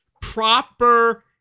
proper